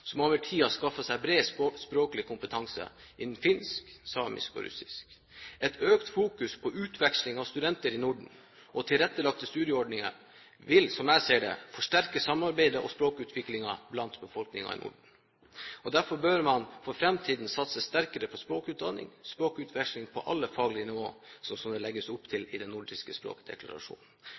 som over tid har skaffet seg bred språklig kompetanse innen finsk, samisk og russisk. Et økt fokus på utveksling av studenter i Norden og tilrettelagte studieordninger vil, som jeg ser det, forsterke samarbeidet og språkutviklingen blant befolkningen i Norden. Derfor bør man for framtiden satse sterkere på språkutdanning, språkutveksling på alle faglige nivå, sånn som det legges opp til i den nordiske språkdeklarasjonen.